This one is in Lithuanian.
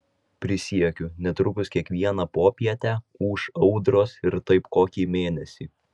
prisiekiu netrukus kiekvieną popietę ūš audros ir taip kokį mėnesį